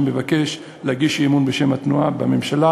אני מבקש להגיש בשם התנועה אי-אמון בממשלה